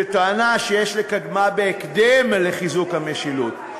שטענה שיש לקדמה בהקדם לחיזוק המשילות.